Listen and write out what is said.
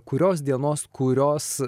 kurios dienos kurios